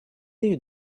you